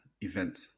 event